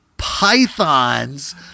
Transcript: pythons